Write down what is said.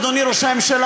אדוני ראש הממשלה,